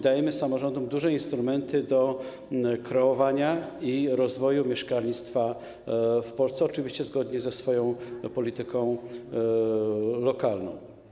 Dajemy samorządom duże instrumenty do kreowania i rozwoju mieszkalnictwa w Polsce, oczywiście zgodnie ze swoją polityką lokalną.